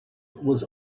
was